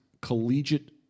collegiate